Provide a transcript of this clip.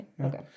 Okay